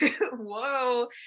Whoa